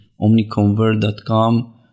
omniconvert.com